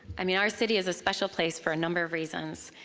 i mean, our city is a special place for a number of reasons.